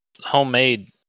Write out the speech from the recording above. homemade